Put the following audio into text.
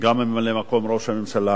גם ממלא-מקום ראש הממשלה